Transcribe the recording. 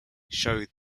showed